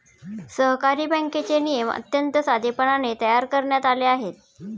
सहकारी बँकेचे नियम अत्यंत साधेपणाने तयार करण्यात आले आहेत